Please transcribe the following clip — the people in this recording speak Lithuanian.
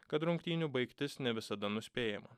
kad rungtynių baigtis ne visada nuspėjama